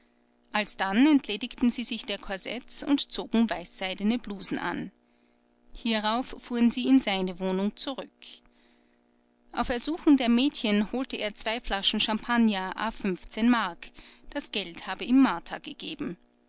alsdann entledigten sie sich der korsetts und zogen weißseidene blusen an hierauf fuhren sie in seine wohnung zurück auf ersuchen der mädchen holte er zwei flaschen champagner mark das geld habe ihm martha gegeben